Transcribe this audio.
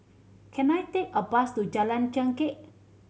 can I take a bus to Jalan Chengkek